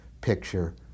picture